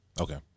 Okay